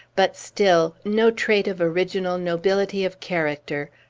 but, still, no trait of original nobility of character,